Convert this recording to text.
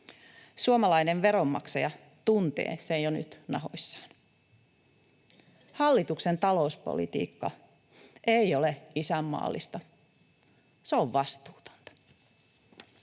Suomalainen veronmaksaja tuntee sen jo nyt nahoissaan. Hallituksen talouspolitiikka ei ole isänmaallista, se on vastuutonta.